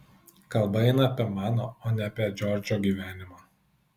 kalba eina apie mano o ne apie džordžo gyvenimą